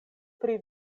pri